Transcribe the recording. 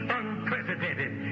unprecedented